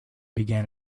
began